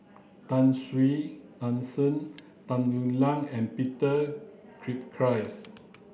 Tan Shen Tung Yue Nang and Peter Gilchrist